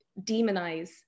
demonize